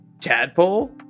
tadpole